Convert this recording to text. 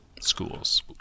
Schools